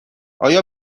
آیا